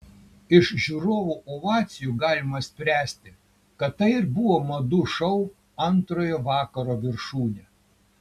iš žiūrovų ovacijų galima spręsti kad tai ir buvo madų šou antrojo vakaro viršūnė